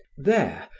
there,